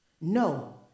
no